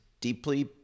deeply